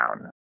down